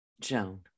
Joan